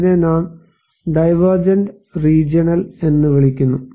ഇതിനെ നാം divergent region എന്ന് വിളിക്കുന്നു